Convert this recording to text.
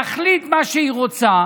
להחליט מה שהיא רוצה,